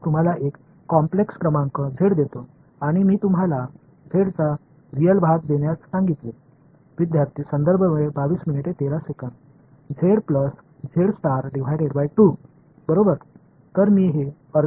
மாணவர் காஸ் காஸ் ஒரு வழி மற்றொரு வழி நான் உங்களுக்கு ஒரு சிக்கலான எண் z யை கொடுக்கிறேன் மேலும் z இன் உண்மையான பகுதியை எனக்குத் தருமாறு கேட்டேன்